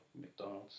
McDonald's